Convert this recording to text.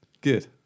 good